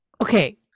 Okay